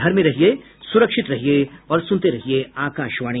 घर में रहिये सुरक्षित रहिये और सुनते रहिये आकाशवाणी